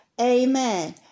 Amen